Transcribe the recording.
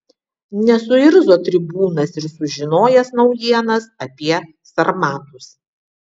nesuirzo tribūnas ir sužinojęs naujienas apie sarmatus